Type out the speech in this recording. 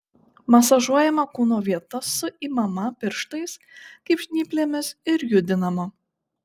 masažuojama kūno vieta suimama pirštais kaip žnyplėmis ir judinama